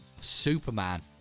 Superman